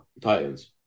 Titans